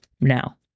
now